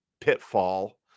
pitfall